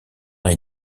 est